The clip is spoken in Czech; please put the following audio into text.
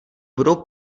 budou